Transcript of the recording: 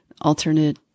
alternate